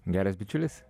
geras bičiulis